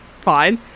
fine